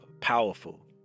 powerful